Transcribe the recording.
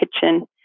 kitchen